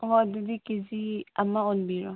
ꯑꯣ ꯑꯗꯨꯗꯤ ꯀꯦꯖꯤ ꯑꯃ ꯑꯣꯟꯕꯤꯔꯣ